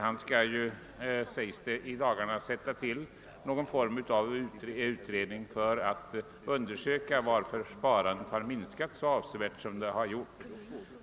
Han skall ju, sägs det, i dagarna sätta till någon form av utredning för att undersöka varför sparandet har minskat så avsevärt som det har gjort.